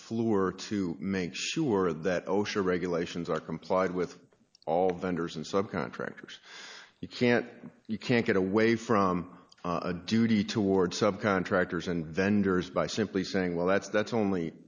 flu or to make sure that osha regulations are complied with all vendors and subcontractors you can't you can't get away from a duty toward subcontractors and vendors by simply saying well that's that's